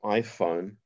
iPhone